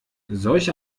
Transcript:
solche